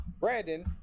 Brandon